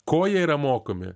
ko jie yra mokomi